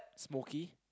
smokey